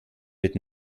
mit